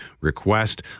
request